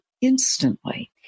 instantly